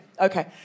okay